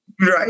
Right